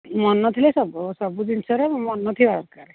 ମନ ଥିଲେ ସବୁ ସବୁ ଜିନିଷରେ ମନ ଥିବା ଦରକାର